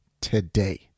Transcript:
today